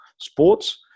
sports